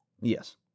Yes